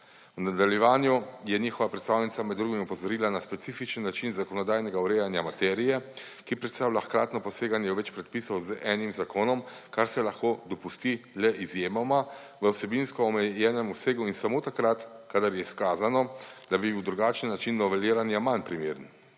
V nadaljevanju je njihova predstavnica med drugim opozorila na specifičen način zakonodajnega urejanja materije, ki predstavlja hkratno poseganje v več predpisov z enim zakonom, kar se lahko dopusti le izjemoma, v vsebinsko omejenem obsegu in samo takrat, kadar je izkazano, da bi bil drugačen način noveliranja manj primeren.